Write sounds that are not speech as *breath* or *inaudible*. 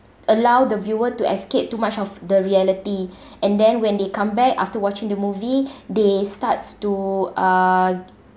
allow the viewer to escape too much of the reality and then when they come back after watching the movie *breath* they starts to uh